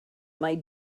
mae